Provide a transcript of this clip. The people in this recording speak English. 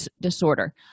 disorder